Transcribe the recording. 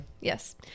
Yes